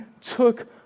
took